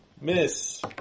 Miss